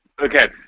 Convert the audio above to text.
Okay